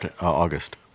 August